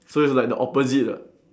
so it's like the opposite ah